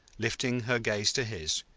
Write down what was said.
lifting her gaze to his,